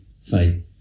say